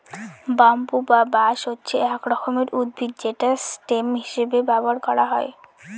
bamboo বা বাঁশ হচ্ছে এক রকমের উদ্ভিদ যেটা স্টেম হিসেবে ব্যবহার করা হয়